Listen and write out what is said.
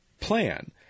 plan